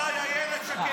ובוודאי אילת שקד.